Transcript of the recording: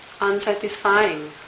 unsatisfying